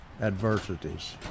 adversities